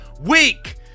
week